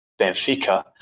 Benfica